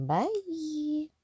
Bye